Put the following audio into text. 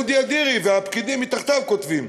אודי אדירי והפקידים מתחתיו כותבים,